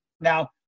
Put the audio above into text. now